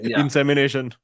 insemination